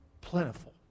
plentiful